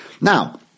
Now